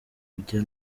urujya